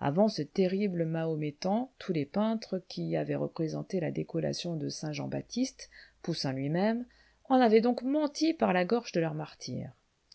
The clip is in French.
avant ce terrible mahométan tous les peintres qui avaient représenté la décollation de saint jean-baptiste poussin lui-même en avaient donc menti par la gorge de leur martyr